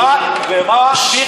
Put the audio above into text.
ומה ליכט הבין?